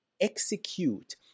execute